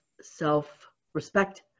self-respect